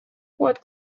what